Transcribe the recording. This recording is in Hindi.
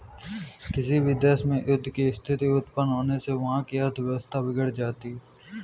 किसी भी देश में युद्ध की स्थिति उत्पन्न होने से वहाँ की अर्थव्यवस्था बिगड़ जाती है